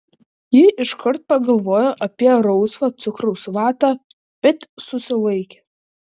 ji iškart pagalvojo apie rausvą cukraus vatą bet susilaikė